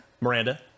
Miranda